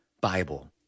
Bible